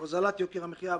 הוזלת יוקר המחיה,